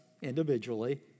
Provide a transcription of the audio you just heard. individually